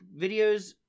videos